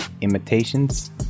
imitations